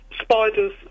Spiders